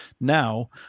now